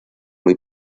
muy